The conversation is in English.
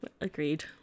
agreed